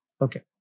Okay